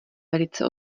velice